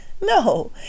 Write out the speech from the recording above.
No